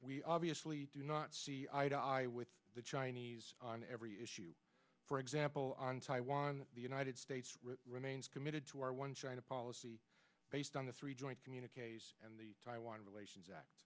we obviously do not see eye to eye with the chinese on every issue for example on taiwan the united states remains committed to our one china policy based on the three joint communiqu and the taiwan relations act